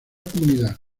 comunidad